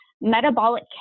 metabolic